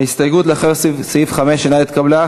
ההסתייגות לאחרי סעיף 5 לא התקבלה.